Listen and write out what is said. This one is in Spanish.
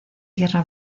tierra